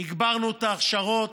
הגברנו את ההכשרות,